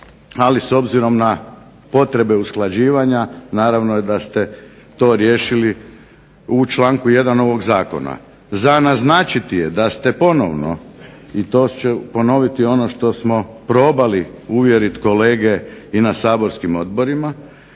ali s obzirom na potrebe usklađivanja naravno je da ste to riješili u članku 1. ovog Zakona. Za naznačiti je da ste ponovno i to ću ponoviti ono što ste probali uvjeriti kolege i na saborskim odborima,